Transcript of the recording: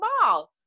small